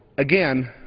again,